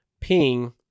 PING